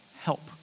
help